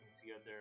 together